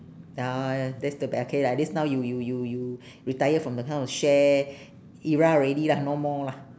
ya that's the bad K lah at least now you you you you retire from that kind of share era already lah no more lah